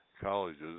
colleges